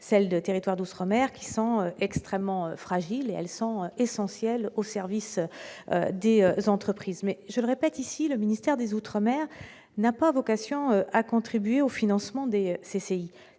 celle de territoires d'outre-mer qui sont extrêmement fragiles et elles sont essentielles au service des entreprises mais je le répète ici : le ministère des Outre-mer n'a pas vocation à contribuer au financement des CCI